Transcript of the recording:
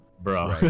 Bro